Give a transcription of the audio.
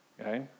Okay